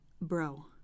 Bro